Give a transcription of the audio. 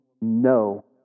No